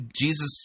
Jesus